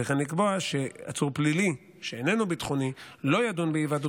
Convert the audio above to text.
וכן לקבוע שעצור פלילי שאיננו ביטחוני לא ידון בהיוועדות